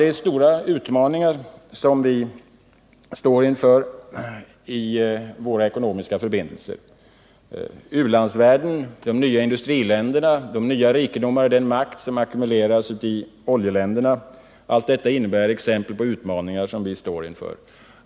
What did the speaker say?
Det är stora utmaningar som vi står inför i våra ekonomiska förbindelser. U-landsvärlden, de nya industriländerna, de nya rikedomar och den makt som ackumuleras i oljeländerna — allt detta är exempel på utmaningar som vi står inför.